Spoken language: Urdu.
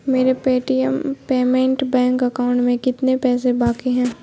میرے Paytm payment bank account میں کتنے پیسے باقی ہیں